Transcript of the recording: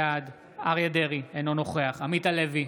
בעד אריה מכלוף דרעי, אינו נוכח עמית הלוי,